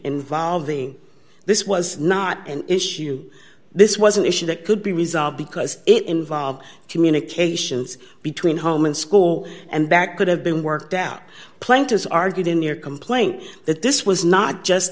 involving this was not an issue this was an issue that could be resolved because it involved communications between home and school and back could have been worked out planters argued in your complaint that this was not just